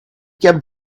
kept